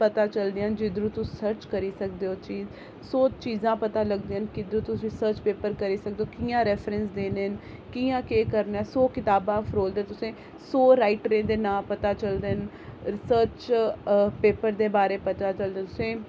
पता चलदियां न जिद्धरूं तुस सर्च करी सकदे ओ चीज सौ चीजां पता लगदियां न कि तुस सर्च पेपर करी सकदेओ कियां रैफरैन्स देना कियां केह करना